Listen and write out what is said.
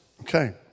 Okay